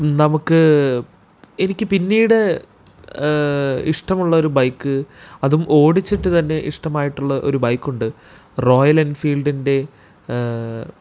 നമുക്ക് എനിക്ക് പിന്നീട് ഇഷ്ടമുള്ളൊരു ബൈക്ക് അതും ഓടിച്ചിട്ടു തന്നെ ഇഷ്ടമായിട്ടുളള ഒരു ബൈക്കുണ്ട് റോയൽ എൻഫീൽഡിൻ്റെ